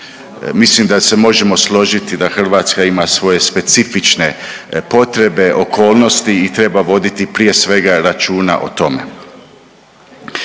Mislim da se možemo složiti da Hrvatska ima svoje specifične potrebe, okolnosti i treba voditi prije svega računa o tome.